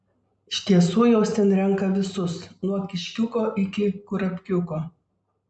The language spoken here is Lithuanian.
iš tiesų jos ten renka visus nuo kiškiuko iki kurapkiuko